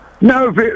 No